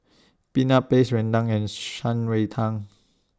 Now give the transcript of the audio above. Peanut Paste Rendang and Shan Rui Tang